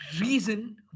reason